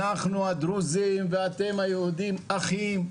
אנחנו הדרוזים ואתם היהודים אחים,